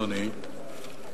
אדוני,